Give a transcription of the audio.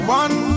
one